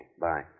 Bye